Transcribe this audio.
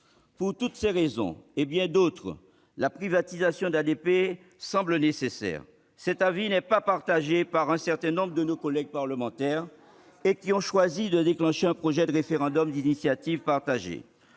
Pour toutes ces raisons, et bien d'autres, la privatisation d'ADP semble nécessaire. Faisons donc un référendum ! Cet avis n'est pas partagé par un certain nombre de nos collègues parlementaires. Ceux-ci ont choisi de déclencher un projet de référendum d'initiative partagée